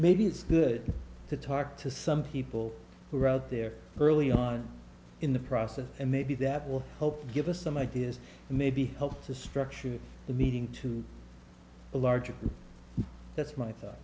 maybe it's good to talk to some people who are out there early on in the process and maybe that will help give us some ideas and maybe help to structure the meeting to a larger that's my thought